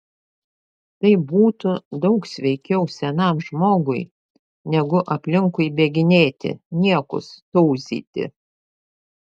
tai būtų daug sveikiau senam žmogui negu aplinkui bėginėti niekus tauzyti